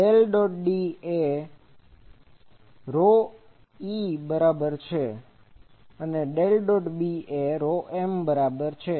∇∙De del dot D એ e બરોબર છે અને ∇∙Bm ડેલ ડોટ B એ m બરાબર છે